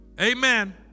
Amen